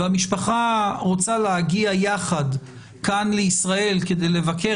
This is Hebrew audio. והמשפחה רוצה להגיע יחד כאן לישראל כדי לבקר